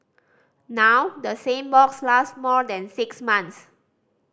now the same box last more than six months